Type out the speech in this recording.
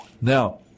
Now